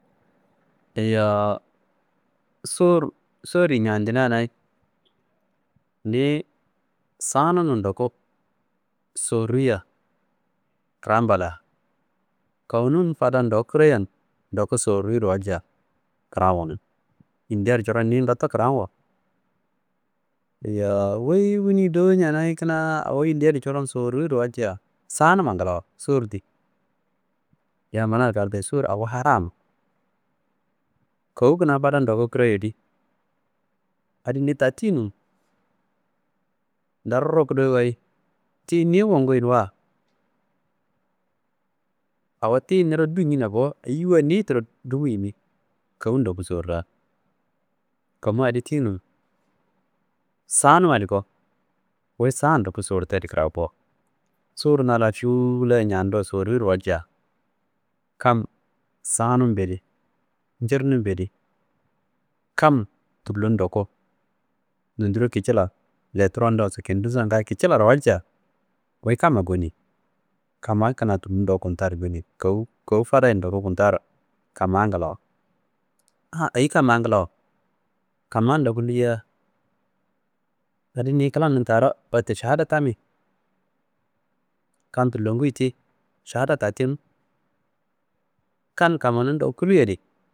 Yowu sor, sorriyi ñandinanayi niye sanun ndoku soruya kiramba la kowunum fadan ndoku kireyan ndoku soriyiro walcia kiramwonun yindi adi coron ndutto kiramwo? Yowu wuyi wuniyi dowo ña nayi kina awo yindi adiyi coron soriyiro walcia saanumma ngilawo sor di. Yam manaro kartuyi :« sor awo hara » no. Kowu kuna fadan ndoku kirayo di adi ni ta tiyinum ndarro kudoyi wayi tiyi ni wunkuyi nuwa awo tiyi niro du njina bo. Eyiyiwa niyi tiro dumu yimi kowu ndoku sowura. Komma adi tiyinum, saanummadi ko wuyi sanummadi ndoko sorta kirakuwo. Sor na la fiyuwu layi ñando soriyiro walciya kam saanumbedi, njirnumbedi kam tullo ndoku nondiro kicila letirommndoso, kindiso, ngayi kicilaro walcia wuyi kamma goniyi. Kamma kuna tullo ndoku kunta adi goniyi kowu kowu fadaye ndoku kuntaro kamma ngilawu. An eyi kamma ngilawo? Kamma ndoku liya adi niyi klanum taro wette šahadaa tami. Kan tullonguyi ti šahada ta tenu. Kan kammanum ndoku kuliadi